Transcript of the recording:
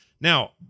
Now